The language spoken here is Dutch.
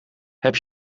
heb